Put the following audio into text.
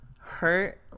hurt